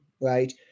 right